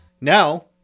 Now